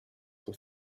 were